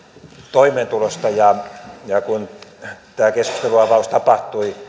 toimeentulosta kun tämä keskustelunavaus tapahtui